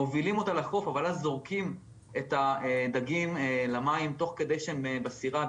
מובילים אותה לחוף אבל אז זורקים את הדגים למים תוך כדי שהם בסירה,